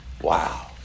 Wow